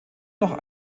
noch